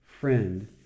friend